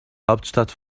hauptstadt